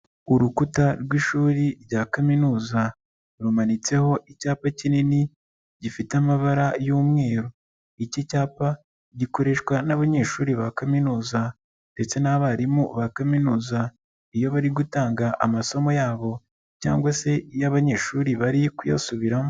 Urukuta rw'ishuri rya kaminuza, rumanitseho icyapa kinini, gifite amabara y'umweru. Iki cyapa gikoreshwa n'abanyeshuri ba kaminuza ndetse n'abarimu ba kaminuza, iyo bari gutanga amasomo yabo cyangwa se iyo abanyeshuri bari kuyasubiramo.